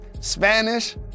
Spanish